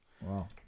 Wow